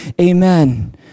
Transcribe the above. amen